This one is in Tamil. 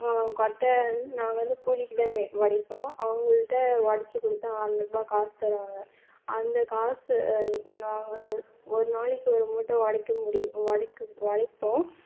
ம் கொட்டை நாங்கள் வந்து கூலிக்கு தான் உடைப்போம் அவங்கள்ட உடைச்சு கொடுத்தால் அறுநூறு ரூபாய் காசு தருவாங்க அந்த காசு நாங்கள் ஒரு நாளைக்கு ஒரு மூட்டை உடைக்க முடியும் உடைக்க உடைப்போம்